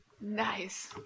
Nice